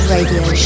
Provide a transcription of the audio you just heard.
Radio